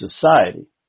society